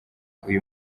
uyu